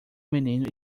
menino